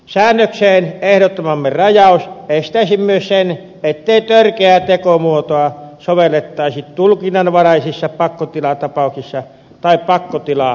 säännökseen ehdottamamme rajaus estäisi myös sen että törkeää tekomuotoa sovellettaisiin tulkinnanvaraisissa pakkotilatapauksissa tai pakkotilaa lähentelevissä tapauksissa